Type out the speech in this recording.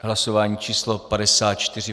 Hlasování číslo 54.